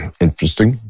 interesting